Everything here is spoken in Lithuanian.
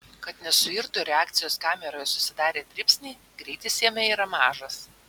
kad nesuirtų reakcijos kameroje susidarę dribsniai greitis jame yra mažas